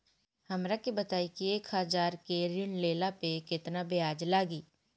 हमरा के बताई कि एक हज़ार के ऋण ले ला पे केतना ब्याज लागी?